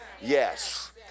Yes